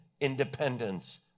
independence